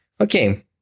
Okay